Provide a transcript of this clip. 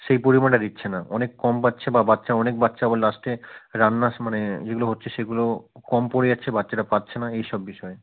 সেই পরিমাণটা দিচ্ছে না অনেক কম পাচ্ছে বা বাচ্চা অনেক বাচ্চা আবার লাস্টে রান্না মানে যেগুলো হচ্ছে সেগুলো কম পড়ে যাচ্ছে বাচ্চারা পাচ্ছে না এই সব বিষয়ে